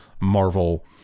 Marvel